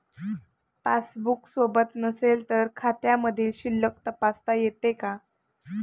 Passbook सोबत नसेल तर खात्यामधील शिल्लक तपासता येते का?